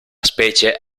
specie